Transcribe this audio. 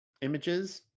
images